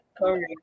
Sorry